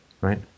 right